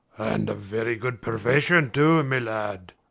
and a very good profession, too, my lad.